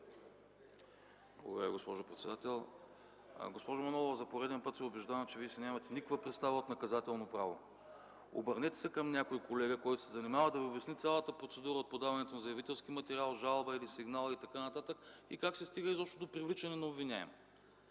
госпожо председател. Госпожо Манолова, за пореден път се убеждавам, че Вие си нямате никаква представа от наказателно право. Обърнете се към някой колега, който се е занимавал, за да Ви обясни цялата процедура от подаването на заявителски материал, жалба или сигнал и така нататък, и как се стига изобщо до привличане на обвиняем.